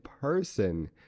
person